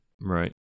Right